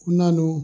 ਉਹਨਾਂ ਨੂੰ